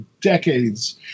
decades